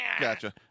Gotcha